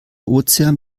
ozean